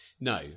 No